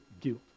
guilt